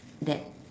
that